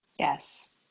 Yes